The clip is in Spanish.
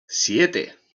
siete